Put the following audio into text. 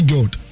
God